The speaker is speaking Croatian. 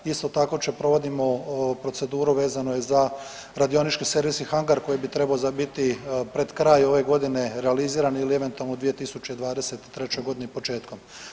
Isto tako provodimo proceduru vezano je za radionički servis i hangar koji bi trebao biti pred kraj ove godine realiziran ili eventualno 2023. godine početkom.